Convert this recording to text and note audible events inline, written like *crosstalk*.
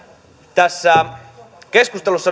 tässä keskustelussa *unintelligible*